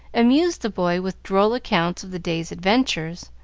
amuse the boy with droll accounts of the day's adventures,